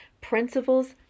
Principles